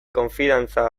konfidantza